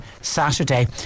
Saturday